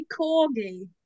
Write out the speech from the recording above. Corgi